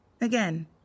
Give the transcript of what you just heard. Again